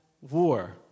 war